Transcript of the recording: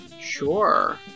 Sure